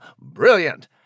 Brilliant